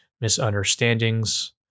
misunderstandings